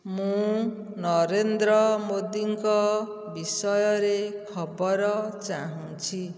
ମୁଁ ନରେନ୍ଦ୍ର ମୋଦିଙ୍କ ବିଷୟରେ ଖବର ଚାହୁଁଛି